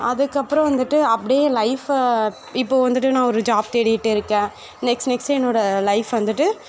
அதுக்கப்புறம் வந்துட்டு அப்டேயே லைஃபை இப்போது வந்துட்டு நான் ஒரு ஜாப் தேடிகிட்டே இருக்கேன் நெக்ஸ்ட் நெக்ஸ்ட் என்னோடய லைஃப் வந்துட்டு